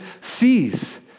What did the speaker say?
sees